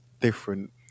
different